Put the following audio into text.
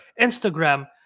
Instagram